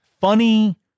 funny